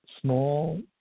small